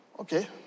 okay